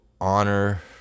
honor